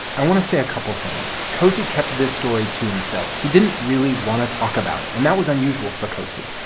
i want to say a couple things. cosey kept this story to himself. he didn't really want to talk about it, and that was unusual for cosey.